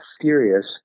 serious